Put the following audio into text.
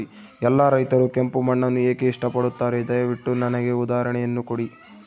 ಎಲ್ಲಾ ರೈತರು ಕೆಂಪು ಮಣ್ಣನ್ನು ಏಕೆ ಇಷ್ಟಪಡುತ್ತಾರೆ ದಯವಿಟ್ಟು ನನಗೆ ಉದಾಹರಣೆಯನ್ನ ಕೊಡಿ?